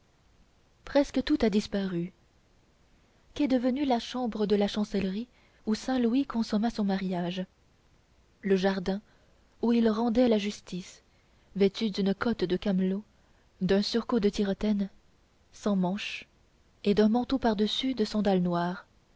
presque tout a disparu qu'est devenue la chambre de la chancellerie où saint louis consomma son mariage le jardin où il rendait la justice vêtu d'une cotte de camelot d'un surcot de tiretaine sans manches et d'un manteau pardessus de sandal noir